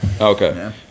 Okay